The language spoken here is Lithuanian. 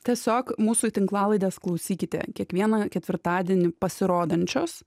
tiesiog mūsų tinklalaidės klausykite kiekvieną ketvirtadienį pasirodančios